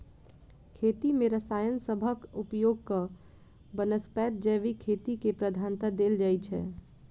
खेती मे रसायन सबहक उपयोगक बनस्पैत जैविक खेती केँ प्रधानता देल जाइ छै